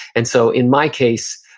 and so in my case,